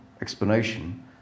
explanation